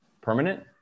permanent